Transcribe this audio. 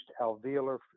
alveolar